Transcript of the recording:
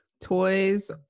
Toys